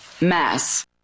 mass